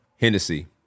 Hennessy